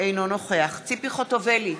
אינו נוכח ציפי חוטובלי,